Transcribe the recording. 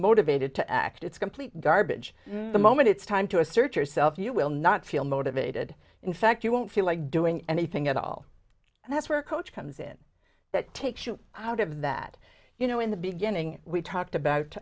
motivated to act it's complete garbage the moment it's time to assert yourself you will not feel motivated in fact you won't feel like doing anything at all and that's where a coach comes in that takes you out of that you know in the beginning we talked about